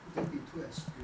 don't be too extreme